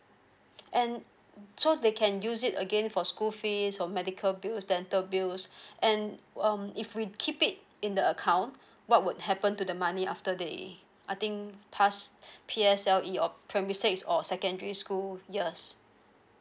and so they can use it again for school fees or medical bills dental bills and um if we keep it in the account what would happen to the money after they I think past P_S_L_E or primary six or secondary school years